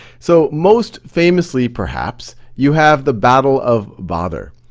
so most famously perhaps, you have the battle of badr.